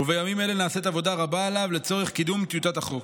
ובימים אלה נעשית עבודה רבה עליו לצורך קידום טיוטת החוק.